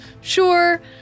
sure